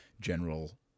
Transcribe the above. general